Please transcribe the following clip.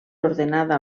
ordenada